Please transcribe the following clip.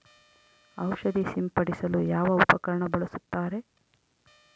ಔಷಧಿ ಸಿಂಪಡಿಸಲು ಯಾವ ಉಪಕರಣ ಬಳಸುತ್ತಾರೆ?